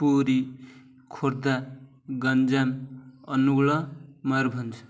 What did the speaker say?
Puri Khordha Ganjam Angul Mayurbhanj